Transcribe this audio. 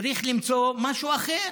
צריך למצוא משהו אחר,